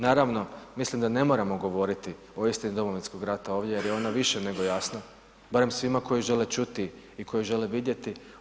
Naravno, mislim da ne moramo govoriti o istini Domovinskog rata ovdje jer je ona i više nego jasna, barem svima koji žele čuti i koji žele vidjeti.